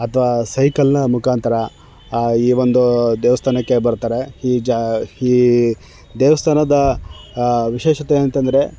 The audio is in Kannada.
ಅಥವಾ ಸೈಕಲ್ನ ಮುಖಾಂತರ ಈ ಒಂದು ದೇವಸ್ಥಾನಕ್ಕೆ ಬರ್ತಾರೆ ಈ ಜಾ ಈ ದೇವಸ್ಥಾನದ ವಿಶೇಷತೆ ಏನು ಅಂತಂದ್ರೆ